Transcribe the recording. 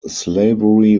slavery